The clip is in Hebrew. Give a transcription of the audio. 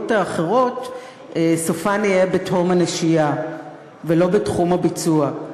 האחרות סופן יהיה בתהום הנשייה ולא בתחום הביצוע.